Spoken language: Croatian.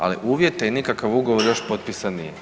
Ali uvjete i nikakav ugovor još potpisan nije.